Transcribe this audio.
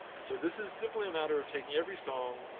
so, this is simply a matter of taking every song,